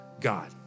God